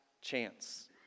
chance